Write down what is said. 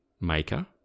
maker